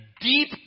deep